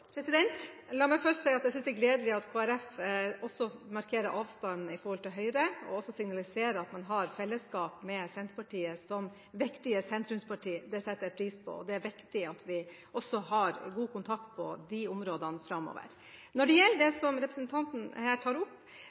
La meg først si at jeg synes det er gledelig at Kristelig Folkeparti markerer avstand til Høyre og signaliserer at man har fellesskap med Senterpartiet – som viktige sentrumspartier. Det setter jeg pris på. Det er viktig at vi også har god kontakt på disse områdene framover. Når det gjelder det som representanten her tar opp,